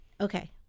Okay